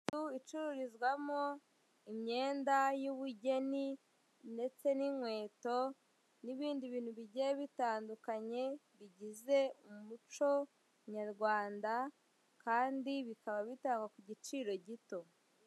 Inzu icururizwamo imyenda y'ubugeni ndetse n'inkweto n'ibindi bintu bigiye bitandukanye, bigize umuco nyarwanda kandi bikaba bi bitagwa ku giciro gito.